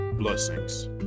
Blessings